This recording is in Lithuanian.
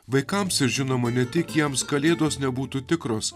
vaikams ir žinoma ne tik jiems kalėdos nebūtų tikros